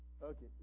Okay